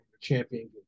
champion